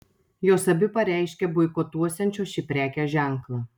jos abi pareiškė boikotuosiančios šį prekės ženklą